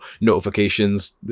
notifications